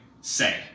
say